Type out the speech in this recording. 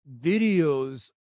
videos